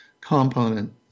component